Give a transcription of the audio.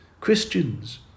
Christians